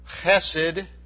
Chesed